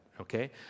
okay